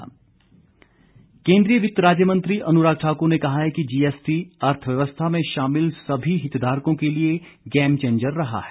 GST केन्द्रीय वित्त राज्य मंत्री अनुराग ठाकुर ने कहा है कि जीएसटी अर्थव्यवस्था में शामिल सभी हितधारकों के लिए गेमचेंजर रहा है